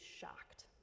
shocked